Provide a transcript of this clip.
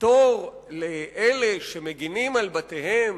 פטור לאלה שמגינים על בתיהם,